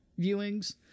viewings